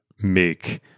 make